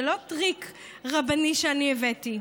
זה לא טריק רבני שאני הבאתי.